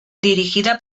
dirigida